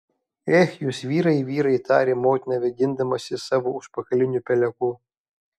ech jūs vyrai vyrai tarė motina vėdindamasi savo užpakaliniu peleku